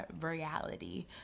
reality